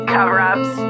Cover-ups